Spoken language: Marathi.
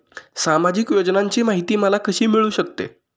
सामाजिक योजनांची माहिती मला कशी मिळू शकते?